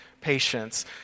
patience